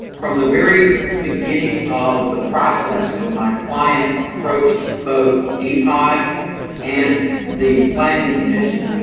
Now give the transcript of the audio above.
from the very beginning of the process when my client approached of dpi and the planning commission,